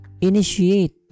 initiate